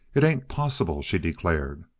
it ain't possible, she declared.